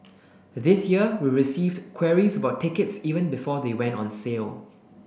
this year we received queries about tickets even before they went on sale